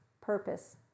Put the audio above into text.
purpose